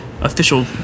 official